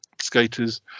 skaters